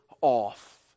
off